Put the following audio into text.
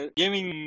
gaming